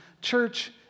Church